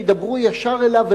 שידברו ישר אליו,